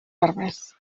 arbres